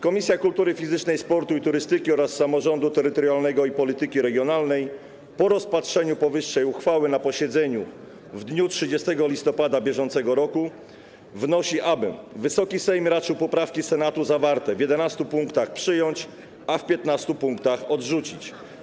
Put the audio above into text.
Komisja Kultury Fizycznej, Sportu i Turystyki oraz Komisja Samorządu Terytorialnego i Polityki Regionalnej po rozpatrzeniu powyższej uchwały na posiedzeniu w dniu 30 listopada br. wnoszą, aby Wysoki Sejm raczył poprawki Senatu zawarte w 11 punktach przyjąć, a zawarte w 15 punktach odrzucić.